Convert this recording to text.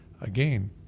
again